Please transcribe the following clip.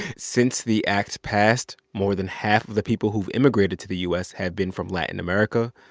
since the act passed, more than half of the people who've immigrated to the u s. have been from latin america,